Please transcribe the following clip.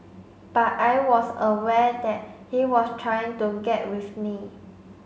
but I was aware that he was trying to get with me